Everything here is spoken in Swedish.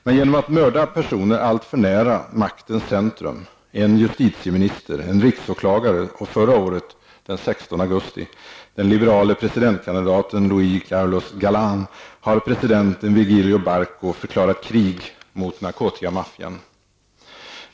Men sedan personer hade mördats alltför nära maktens centrum -- en justitieminister, en riksåklagare och förra året, den 16 augusti, den liberale presidentkanditaten Luis Carlos Galan -- har presidenten Virgilio Barco förklarat krig mot narkotikamaffian.